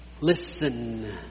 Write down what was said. Listen